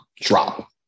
drop